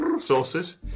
sources